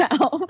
now